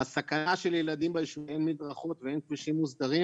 הסכנה של ילדים כשאין מדרכות ואין כבישים מוסדרים,